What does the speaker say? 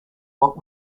what